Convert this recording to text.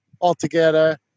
altogether